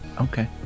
Okay